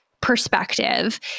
perspective